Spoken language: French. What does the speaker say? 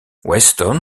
weston